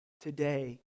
today